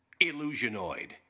Illusionoid